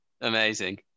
Amazing